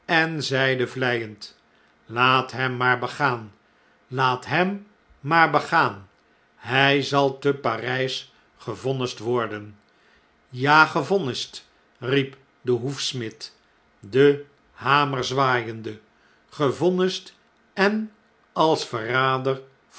en zeide vleiend laat hem maar begaan laat hem maar begaan hjj zal te p a r jj s gevonnisd worden b ja gevonnisd riep de hoefsmid den hamer zwaaiende gevonnisd en als verrader